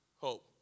hope